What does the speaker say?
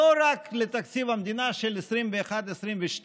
לא רק לתקציב המדינה של 2021 2022,